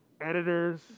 editors